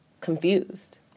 confused